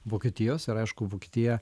vokietijos ir aišku vokietija